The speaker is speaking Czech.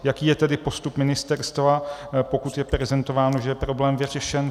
Jaký je tedy postup ministerstva, pokud je prezentováno, že je problém vyřešen?